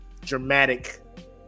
dramatic